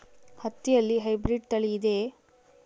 ಹತ್ತಿಯಲ್ಲಿ ಹೈಬ್ರಿಡ್ ತಳಿ ಇದೆಯೇ?